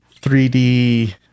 3D